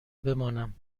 بمانم